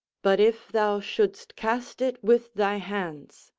but if thou shouldst cast it with thy hands,